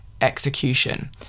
execution